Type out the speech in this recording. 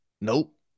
nope